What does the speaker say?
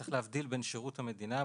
צריך להפריד בין שירות המדינה,